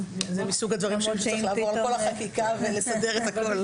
צריך לעבור על כל החקיקה ולסדר הכול.